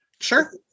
Sure